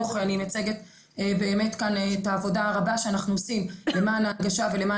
אני אומרת לך את זה באמת באהבה וזה לא קשור חס וחלילה,